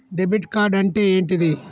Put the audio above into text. Debit card అంటే ఏంటిది?